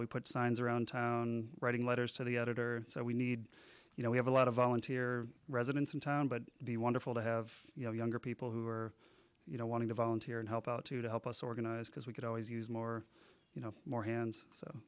we put signs around town writing letters to the editor so we need you know we have a lot of volunteer residents in town but be wonderful to have you know younger people who are you know wanting to volunteer and help out to to help us organize because we could always use more you know more hands so